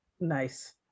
Nice